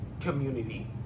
community